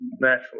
Naturally